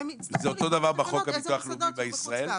והם יצטרכו לכתוב בתקנות איזה מוסדות בחוץ לארץ.